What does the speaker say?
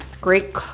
great